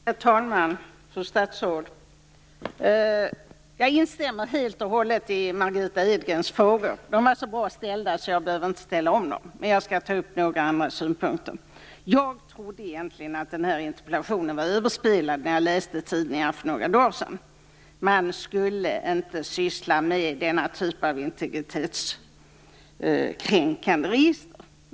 Herr talman! Fru statsråd! Jag instämmer helt och hållet i Margitta Edgrens frågor. De var så bra ställda att jag inte behöver ställa dem igen. Men jag skall ta upp några andra synpunkter. Jag trodde egentligen att denna interpellation var överspelad när jag för några dagar sedan läste i tidningarna att man inte skulle syssla med denna typ av integritetskränkande register.